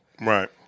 right